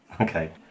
Okay